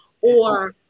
or-